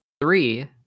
Three